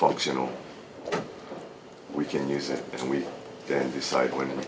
functional we can use it and we can decide when